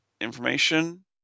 information